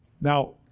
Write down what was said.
Now